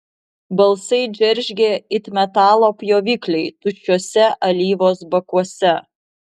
balsai džeržgė it metalo pjovikliai tuščiuose alyvos bakuose